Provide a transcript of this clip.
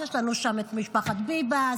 יש לנו שם את משפחת ביבס,